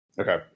Okay